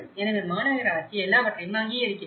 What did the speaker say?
எனவே மாநகராட்சி எல்லாவற்றையும் அங்கீகரிக்க வேண்டும்